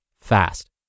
fast